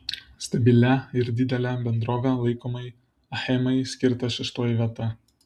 stabilia ir didele bendrove laikomai achemai skirta šeštoji vieta